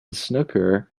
snooker